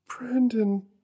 Brendan